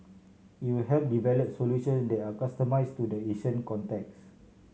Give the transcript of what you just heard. it will help develop solution that are customised to the Asian context